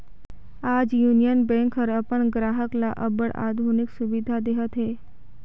आज union bank हर अपन गराहक ल अब्बड़ आधुनिक सुबिधा देहत अहे